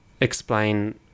explain